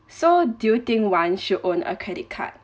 so do you think one should own a credit card